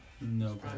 No